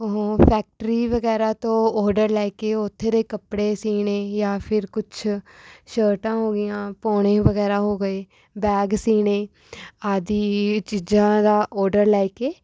ਉਹ ਫੈਕਟਰੀ ਵਗੈਰਾ ਤੋਂ ਔਡਰ ਲੈ ਕੇ ਉੱਥੇ ਦੇ ਕੱਪੜੇ ਸੀਣੇ ਜਾਂ ਫਿਰ ਕੁਛ ਸ਼ਰਟਾਂ ਹੋ ਗਈਆਂ ਪੌਣੇ ਵਗੈਰਾ ਹੋ ਗਏ ਬੈਗ ਸੀਣੇ ਆਦਿ ਚੀਜ਼ਾਂ ਦਾ ਆਡਰ ਲੈ ਕੇ